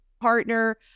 partner